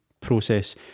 process